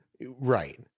right